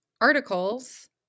articles